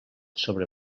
sobre